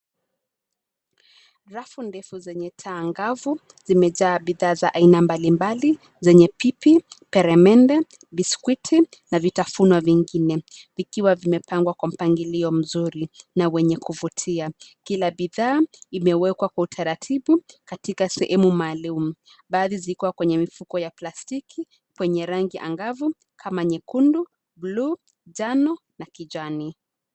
Rafu ndefu zenye taa ngavu zimejaa bidhaa za aina mbalimbali zenye pipi, peremende, biskuti na vitafuno vingine; vikiwa vimepangwa kwa mpangilio mzuri na wenye kuvutia. Kila bidhaa imewekwa kwa utaratibu katika sehemu maalum. Baadhi zikiwa kwenye mifuko ya plastiki kwenye rangi angavu kama nyekeundu, buluu, njano na kijani.